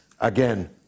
again